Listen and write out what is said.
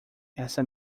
essa